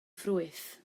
ffrwyth